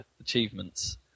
achievements